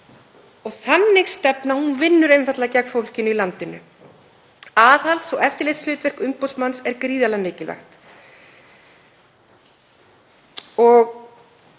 Þannig stefna vinnur einfaldlega gegn fólkinu í landinu. Aðhalds- og eftirlitshlutverk umboðsmanns er gríðarlega mikilvægt.